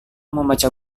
membaca